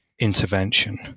intervention